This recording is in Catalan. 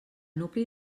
nucli